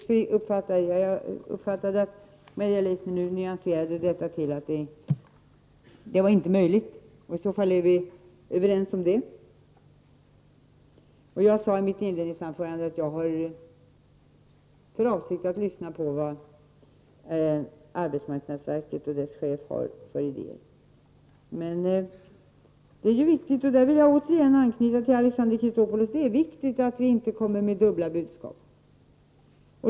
Jag uppfattade Maria Leissners nyansering så, att detta inte var möjligt. I så fall är vi överens. Jag sade i mitt inledningsanförande att jag har för avsikt att ta del av de idéer som arbetsmarknadsverket och dess chef har. Det är viktigt — i detta avseende vill jag anknyta till vad Alexander Chrisopoulos sade — att vi inte kommer med dubbla budskap.